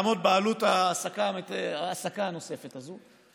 לעמוד בעלות ההעסקה הנוספת הזאת.